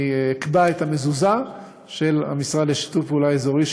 אני אקבע את המזוזה של המשרד לשיתוף פעולה אזורי,